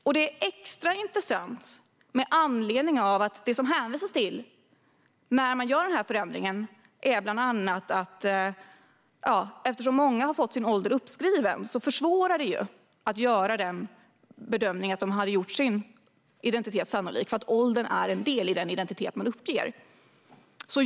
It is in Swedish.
Detta är extra intressant med anledning av att det som man hänvisar till när man gör den här förändringen bland annat är att många har fått sin ålder uppskriven. Man menar att detta försvårar bedömningen av deras identitet, för åldern är en del i den identitet de har uppgett.